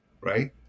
right